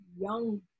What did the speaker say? young